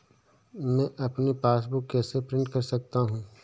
मैं अपनी पासबुक कैसे प्रिंट कर सकता हूँ?